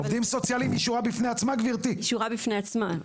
עובדים סוציאליים היא שורה בפני עצמה, גברתי.